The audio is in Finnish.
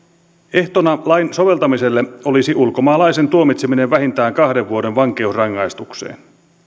ehtona lain soveltamiselle olisi ulkomaalaisen tuomitseminen vähintään kahden vuoden vankeusrangaistukseen